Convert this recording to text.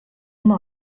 ema